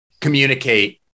communicate